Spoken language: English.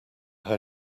how